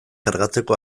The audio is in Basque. kargatzeko